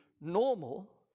normal